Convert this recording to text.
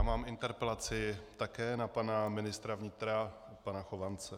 Mám interpelaci také na pana ministra vnitra pana Chovance.